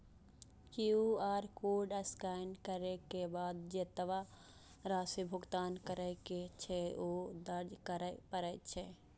QR code scan करै के बाद जेतबा राशि भुगतान करै के छै, ओ दर्ज करय पड़ै छै